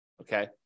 okay